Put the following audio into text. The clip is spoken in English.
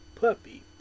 Puppy